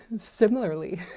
similarly